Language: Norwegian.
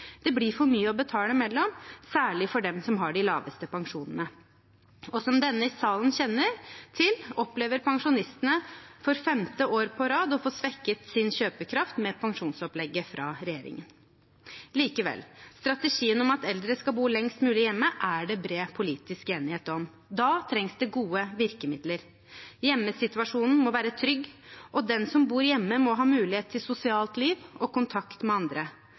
Det blir for mye å betale imellom, særlig for dem som har de laveste pensjonene. Og som denne salen kjenner til, opplever pensjonistene for femte år på rad å få svekket sin kjøpekraft med pensjonsopplegget fra regjeringen. Likevel: Strategien om at eldre skal bo lengst mulig hjemme, er det bred politisk enighet om. Da trengs det gode virkemidler. Hjemmesituasjonen må være trygg, og den som bor hjemme, må ha mulighet til sosialt liv og kontakt med andre.